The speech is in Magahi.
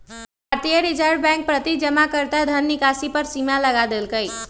भारतीय रिजर्व बैंक प्रति जमाकर्ता धन निकासी पर सीमा लगा देलकइ